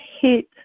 hit